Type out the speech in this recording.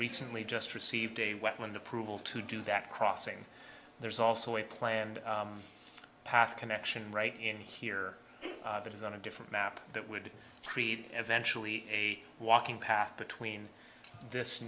recently just received a wetland approval to do that crossing there's also a planned path connection right in here that is on a different map that would create eventually a walking path between this